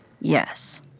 Yes